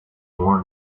more